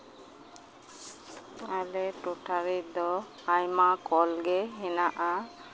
ᱟᱞᱮ ᱴᱚᱴᱷᱟ ᱨᱮᱫᱚ ᱟᱭᱢᱟ ᱠᱚᱞ ᱜᱮ ᱦᱮᱱᱟᱜᱼᱟ